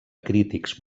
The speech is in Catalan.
crítics